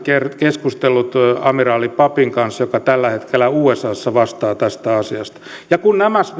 keskustellut amiraali pappin kanssa joka tällä hetkellä usassa vastaa tästä asiasta kun nämä